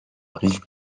rive